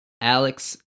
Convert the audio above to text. Alex